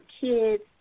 kids